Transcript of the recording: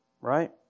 Right